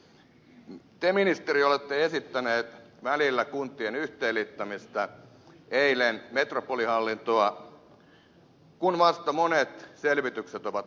te ministeri olette esittänyt välillä kuntien yhteenliittämistä eilen metropolihallintoa kun vasta monet selvitykset ovat käynnissä